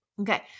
Okay